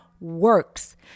works